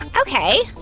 Okay